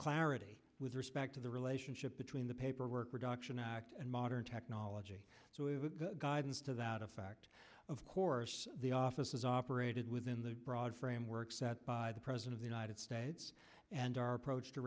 clarity with respect to the relationship between the paperwork reduction act and modern technology so guidance to that effect of course the office is operated within the broad framework set by the president of the united states and our approach to